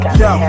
yo